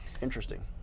Interesting